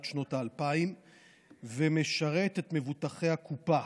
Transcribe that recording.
שנות ה-2000 ומשרת את מבוטחי הקופה,